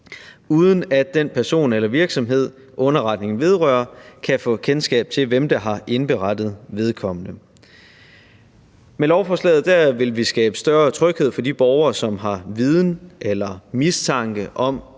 uden at den person eller virksomhed, underretningen vedrører, kan få kendskab til, hvem der har indberettet vedkommende. Med lovforslaget vil vi skabe større tryghed for de borgere, som har viden eller mistanke om